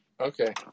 Okay